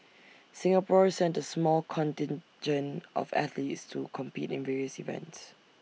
Singapore sent A small contingent of athletes to compete in various events